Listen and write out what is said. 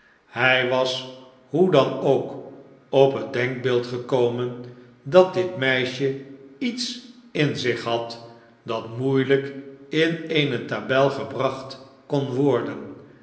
hij was hoe dan ook op het denkbeeld gekomen dat dit meisje iets in zich had dat moeielijk in eene tabel gebracht kon worden